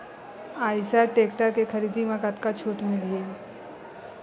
Eicher tractor के खरीदी म कतका छूट मिलही?